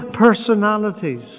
personalities